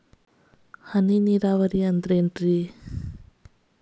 ಹನಿ ನೇರಾವರಿ ಅಂದ್ರೇನ್ರೇ?